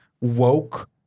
woke